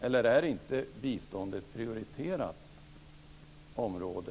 Eller är inte biståndet ett prioriterat område?